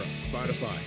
Spotify